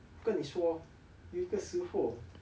跟你说有一个时候